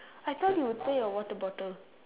I thought you would say your water bottle